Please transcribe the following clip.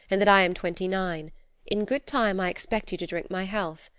and that i am twenty-nine. in good time i expect you to drink my health.